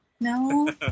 No